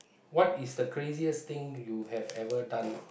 what is the craziest thing you have ever done